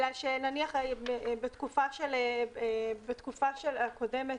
נניח בתקופה הקודמת,